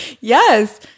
Yes